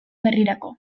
berrirako